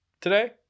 today